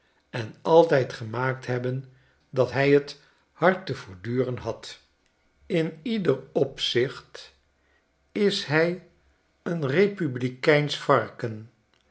en altijd gemaakt hebben dat hij t hard te verantwoorden had in leder opzicht is hij een republikeinsch varken